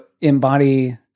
embody